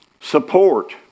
Support